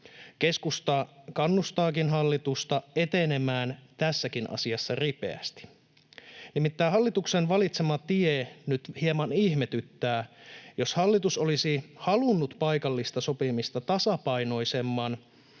Keskusta kannustaakin hallitusta etenemään tässäkin asiassa ripeästi. Nimittäin hallituksen valitsema tie nyt hieman ihmetyttää. Jos hallitus olisi halunnut paikallista sopimista tasapainoisemman,